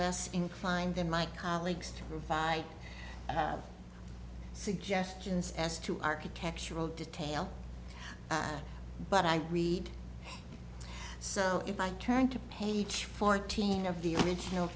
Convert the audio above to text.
less inclined than my colleagues to provide i have suggestions as to architectural details but i read so if i turn to page fourteen of the original